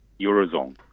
Eurozone